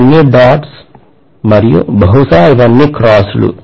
ఇవన్నీ dots మరియు బహుశా ఇవన్నీ cross లు